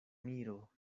miro